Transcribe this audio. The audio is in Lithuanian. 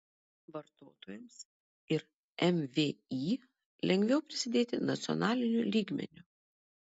vartotojams ir mvį lengviau prisidėti nacionaliniu lygmeniu